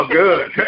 good